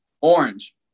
orange